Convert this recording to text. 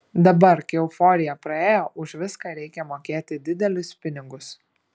dabar kai euforija praėjo už viską reikia mokėti didelius pinigus